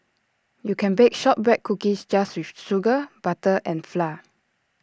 you can bake Shortbread Cookies just with sugar butter and flour